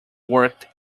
worked